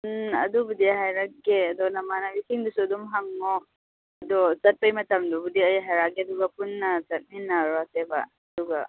ꯎꯝ ꯑꯗꯨꯕꯨꯗꯤ ꯍꯥꯏꯔꯛꯀꯦ ꯑꯗꯣ ꯅꯃꯥꯟꯅꯕꯤꯁꯤꯡꯗꯨꯁꯨ ꯑꯗꯨꯝ ꯍꯪꯉꯣ ꯑꯗꯣ ꯆꯠꯄꯩ ꯃꯇꯝꯗꯨꯕꯨꯗꯤ ꯑꯩ ꯍꯥꯏꯔꯛꯀꯦ ꯑꯗꯨꯒ ꯄꯨꯟꯅ ꯆꯠꯃꯤꯟꯅꯔꯣꯁꯦꯕ ꯑꯗꯨꯒ